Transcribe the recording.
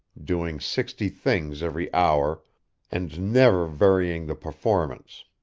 doing sixty things every hour and never varying the performance.